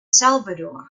salvador